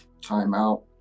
timeout